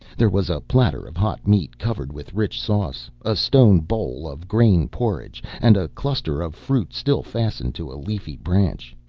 there was a platter of hot meat covered with rich sauce, a stone bowl of grain porridge and a cluster of fruit, still fastened to a leafy branch.